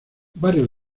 varios